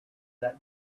that